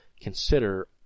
consider